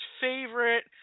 favorite